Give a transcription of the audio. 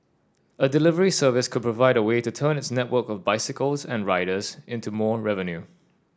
a delivery service could provide a way to turn its network of bicycles and riders into more revenue